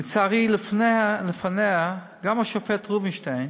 לצערי, לפניה גם השופט רובינשטיין,